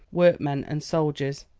workmen and soldiers,